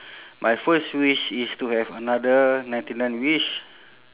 my first wish is to have another ninety nine wish